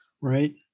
Right